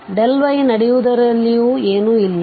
y ನಡೆಯುವುದರಲ್ಲಿ ಏನೂ ಇಲ್ಲ